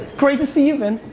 great to see you, vin.